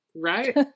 Right